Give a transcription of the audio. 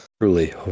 truly